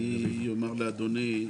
אני אומר לאדוני,